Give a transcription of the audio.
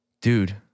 dude